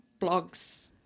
blogs